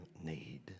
need